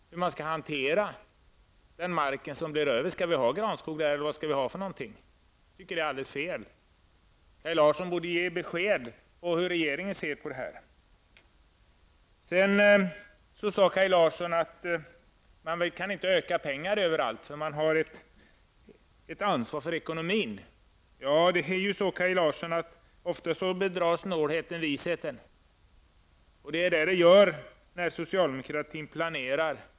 Hur skall man hantera marken som blir över? Skall man plantera granskog eller vad skall man göra med den? Kaj Larsson borde ge besked om hur regeringen ser på dessa frågor. Kaj Larsson sade att man inte kan öka resurserna till allt möjligt, eftersom man har ett ansvar för ekonomin. Snålheten bedrar ofta visheten, Kaj Larsson, och så brukar det bli när socialdemokratin planerar.